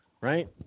right